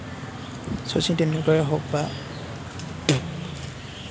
শচীন টেণ্ডুলকাৰে হওঁক বা